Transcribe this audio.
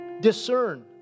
discern